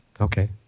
Okay